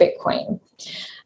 Bitcoin